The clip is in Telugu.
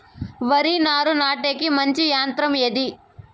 వరి నారు నాటేకి మంచి యంత్రం ఏది?